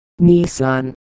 Nissan